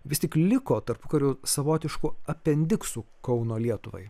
vis tik liko tarpukariu savotišku apendiksu kauno lietuvai